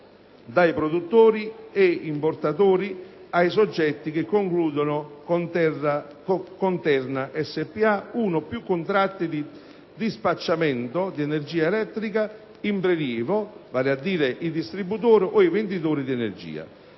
dai produttori e importatori ai soggetti che concludono con Terna Spa uno o più contratti di dispacciamento di energia elettrica in prelievo, vale a dire i distributori o i venditori di energia.